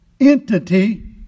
entity